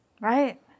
Right